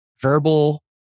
verbal